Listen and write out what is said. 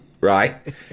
right